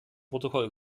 protokoll